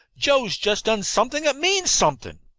joe's just done something that means something.